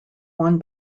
one